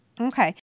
Okay